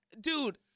dude—